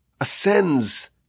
ascends